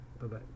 Bye-bye